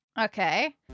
Okay